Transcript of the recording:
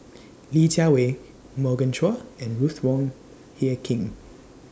Li Jiawei Morgan Chua and Ruth Wong Hie King